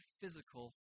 physical